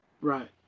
Right